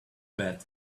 bed